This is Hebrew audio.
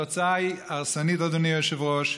התוצאה היא הרסנית, אדוני היושב-ראש.